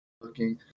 looking